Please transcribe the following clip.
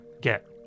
get